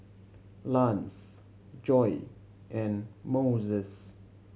Lance Joye and Moses